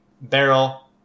barrel